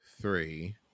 three